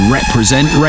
Represent